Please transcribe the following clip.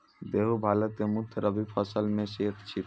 गेहूँ भारत के मुख्य रब्बी फसल मॅ स एक छेकै